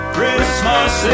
Christmas